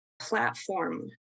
platform